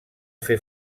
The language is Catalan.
fer